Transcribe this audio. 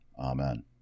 Amen